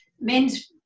men's